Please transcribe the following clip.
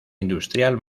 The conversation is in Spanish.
industrial